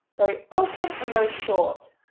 very open and very short.